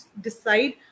decide